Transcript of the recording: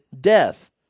death